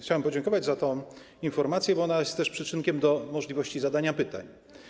Chciałem podziękować za tę informację, bo ona jest też przyczynkiem do możliwości zadania pytań.